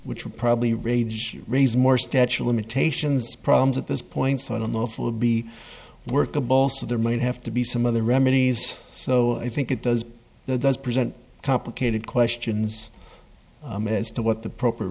which will probably rage raise more statue of limitations problems at this point so i don't know if it'll be workable so there might have to be some other remedies so i think it does though does present complicated questions as to what the proper